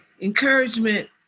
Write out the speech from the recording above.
encouragement